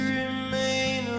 remain